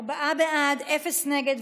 ארבעה בעד, אפס נגד.